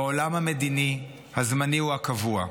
בעולם המדיני הזמני הוא הקבוע.